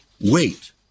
wait